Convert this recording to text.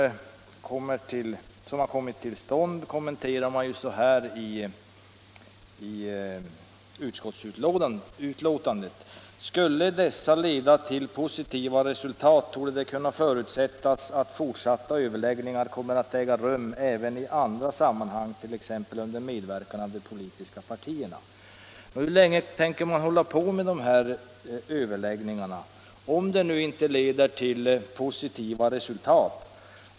Utskottet kommenterar dessa samtal på följande sätt: ”Skulle dessa leda till positivt resultat torde det kunna förutsättas att fortsatta överläggningar kommer att äga rum även i andra sammanhang, t.ex. under medverkan av de politiska partierna.” Hur länge tänker man hålla på med dessa överläggningar, om de inte leder till positiva resultat?